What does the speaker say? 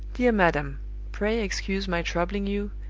dear madam pray excuse my troubling you,